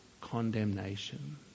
condemnation